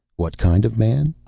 what kind of man?